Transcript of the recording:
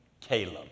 Caleb